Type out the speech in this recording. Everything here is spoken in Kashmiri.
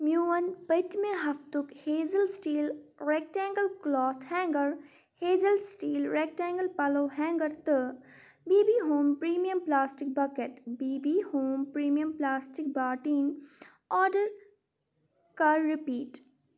میون پٔتۍمہِ ہفتُک Hazel steel rectangular cloth hanger Hazel steel rectangular pillow hanger تہٕ B B Home Premium plastic bucket B B Home Premium plastic باٹیٖن آرڈر کر رِپیٖٹ